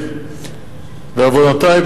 בעוונותי,